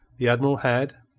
the admiral had,